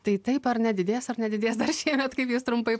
tai taip ar ne didės ar nedidės dar šiemet kaip jūs trumpai pa